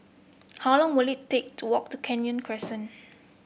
how long will it take to walk to Kenya Crescent